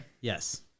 Yes